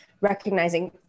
recognizing